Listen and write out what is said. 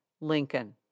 Lincoln